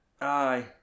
Aye